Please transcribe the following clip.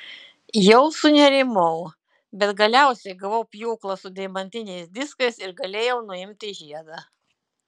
jau sunerimau bet galiausiai gavau pjūklą su deimantiniais diskais ir galėjau nuimti žiedą